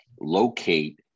locate